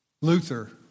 Luther